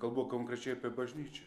kalbu konkrečiai apie bažnyčią